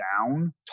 down